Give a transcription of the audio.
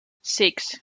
six